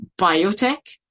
biotech